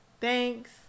Thanks